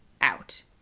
out